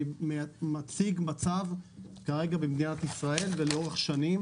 אני מציג את המצב כרגע במדינת ישראל ולאורך שנים